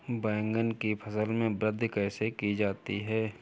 बैंगन की फसल में वृद्धि कैसे की जाती है?